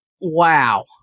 wow